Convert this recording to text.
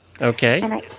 Okay